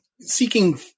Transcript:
seeking